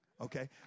Okay